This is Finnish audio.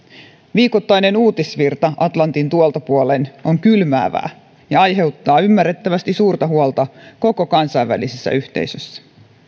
viikoittainen uutisvirta atlantin tuolta puolen on kylmäävää ja aiheuttaa ymmärrettävästi suurta huolta koko kansainvälisessä yhteisössä